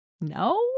no